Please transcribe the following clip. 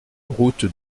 route